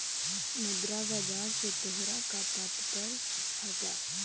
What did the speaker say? मुद्रा बाजार से तोहरा का तात्पर्य हवअ